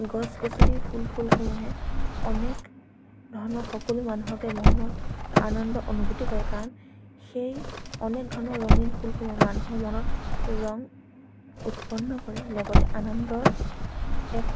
গছ গছনি ফুল ফলসমূহে অনেক ধৰণৰ সকলো মানুহকে মনত আনন্দ অনুভূতি কৰে কাৰণ সেই অনেক ধৰণৰ ৰঙীন ফুলসমূহে মানুহৰ মনত ৰং উৎপন্ন কৰে লগতে আনন্দ এক